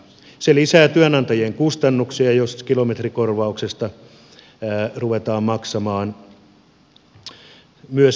se lisää työnantajien kustannuksia jos kilometrikorvauksesta ruvetaan maksamaan myös sosiaalikustannuksia